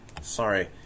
Sorry